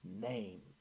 name